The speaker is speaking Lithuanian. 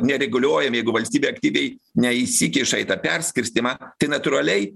nereguliuojam jeigu valstybė aktyviai neįsikiša į tą perskirstymą tai natūraliai